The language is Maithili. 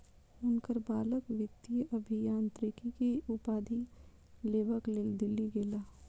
हुनकर बालक वित्तीय अभियांत्रिकी के उपाधि लेबक लेल दिल्ली गेला